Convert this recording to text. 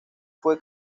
fue